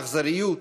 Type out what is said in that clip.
האכזריות,